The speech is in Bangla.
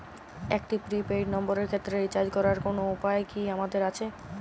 একটি প্রি পেইড নম্বরের ক্ষেত্রে রিচার্জ করার কোনো উপায় কি আমাদের আছে?